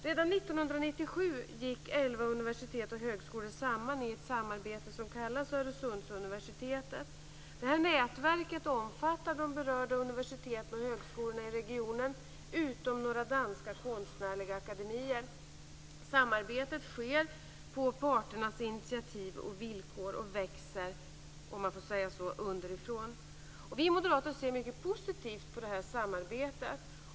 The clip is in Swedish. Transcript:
Redan 1997 gick elva universitet och högskolor samman i ett samarbete som kallas Öresundsuniversitetet. Det här nätverket omfattar de berörda universiteten och högskolorna i regionen utom några danska konstnärliga akademier. Samarbetet sker på parternas initiativ och villkor. Det växer, om man får säga så, underifrån. Vi moderater ser mycket positivt på det här samarbetet.